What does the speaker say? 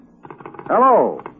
Hello